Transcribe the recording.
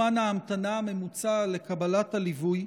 3. מהו זמן ההמתנה הממוצע לקבלת הליווי?